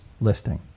listing